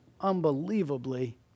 unbelievably